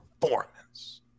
performance